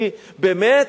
כי באמת